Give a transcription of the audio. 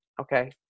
okay